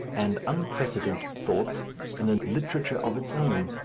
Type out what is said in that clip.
and unprecedented thoughts in a literature of its own,